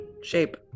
shape